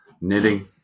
knitting